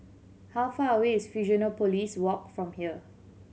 how far away is Fusionopolis Walk from here